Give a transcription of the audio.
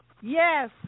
Yes